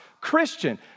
Christian